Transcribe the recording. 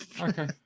Okay